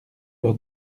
leur